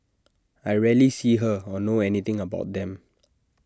I rarely see her or know anything about them